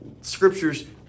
scriptures